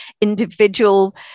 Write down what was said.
individual